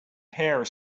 hare